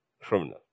criminal